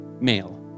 male